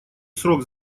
срок